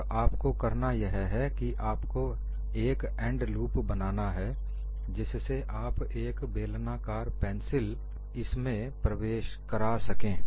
और आपको करना यह है कि आपको एक एंड लूप बनाना है जिससे आप एक बेलनाकार पेंसिल इसमें प्रवेश करा सकें